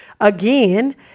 again